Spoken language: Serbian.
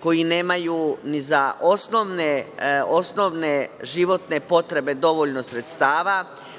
koji nemaju ni za osnovne životne potrebe dovoljno sredstava,